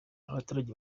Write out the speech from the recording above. abaturage